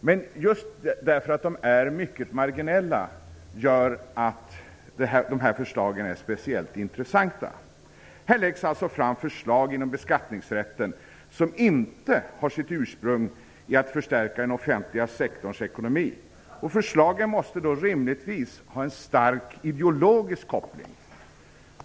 Men just det faktum att de är mycket marginella gör de här förslagen speciellt intressanta. Här läggs alltså fram förslag inom beskattningsrätten som inte har sitt ursprung i att förstärka den offentliga sektorns ekonomi. Förslagen måste då rimligtvis ha en stark ideologisk koppling.